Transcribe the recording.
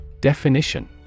Definition